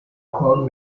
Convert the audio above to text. crowd